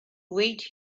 wait